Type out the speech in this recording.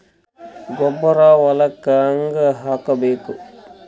ಗೊಬ್ಬರ ಹೊಲಕ್ಕ ಹಂಗ್ ಹಾಕಬೇಕು?